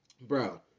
Bro